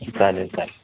चालेल चालेल